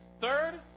Third